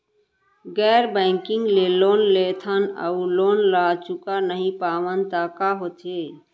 गैर बैंकिंग ले लोन लेथन अऊ लोन ल चुका नहीं पावन त का होथे?